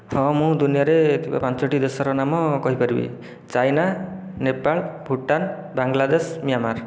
ହଁ ମୁଁ ଦୁନିଆରେ ପାଞ୍ଚଟି ଦେଶର ନାମ କହିପାରିବି ଚାଇନା ନେପାଳ ଭୁଟାନ ବାଂଲାଦେଶ ମିଆଁମାର